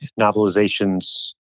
novelizations